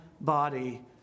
body